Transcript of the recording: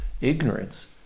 ignorance